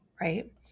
right